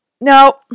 Now